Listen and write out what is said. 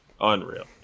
Unreal